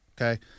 Okay